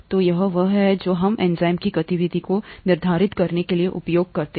तो यह वह है जो हम एंजाइम की गतिविधि को निर्धारित करने के लिए उपयोग करते हैं